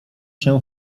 się